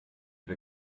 wir